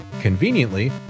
conveniently